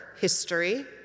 history